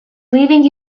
leaving